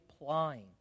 applying